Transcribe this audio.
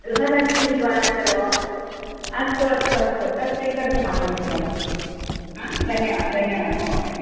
गृहलक्ष्मीः द्वारा खलु अस्तु अस्तु अस्तु तत् स्वीकर्तुं आगमिष्यामि आ धन्यवादः धन्यवादः महोदय